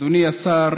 אדוני השר,